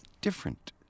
different